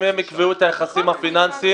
אם הם יקבעו את היחסים הפיננסיים,